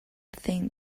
think